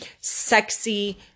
sexy